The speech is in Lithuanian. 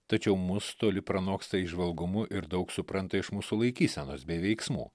tačiau mus toli pranoksta įžvalgumu ir daug supranta iš mūsų laikysenos bei veiksmų